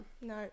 no